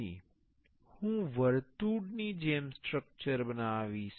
પછી હું વર્તુળની જેમ સ્ટ્રક્ચર બનાવીશ